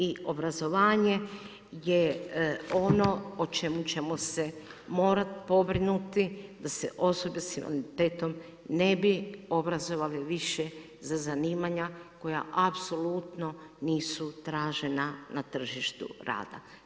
I obrazovanje je ono o čemu ćemo se morati pobrinuti da se osobe sa invaliditetom ne bi obrazovale više za zanimanja koja apsolutno nisu tražena na tržištu rada.